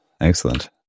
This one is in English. Excellent